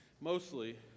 mostly